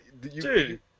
Dude